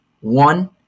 one